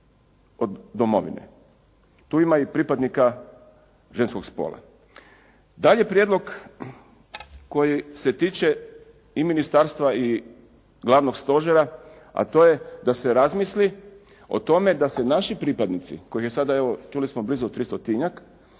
od domovine. Tu ima i pripadnika ženskog spola. Taj je prijedlog koji se tiče i ministarstva i glavnog stožera, a to je da se razmisli o tome da se naši pripadnici kojih je sada evo čuli smo blizu 300-tinjak,